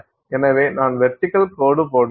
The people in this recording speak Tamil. எனவே நான் வெர்டிகல் கோடு போடுவேன்